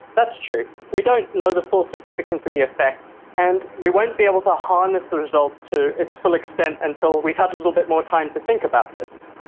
that's true. we don't know the full significance of the effect and we won't be able to harness the result to its full extent until we have a little bit more time to think about this.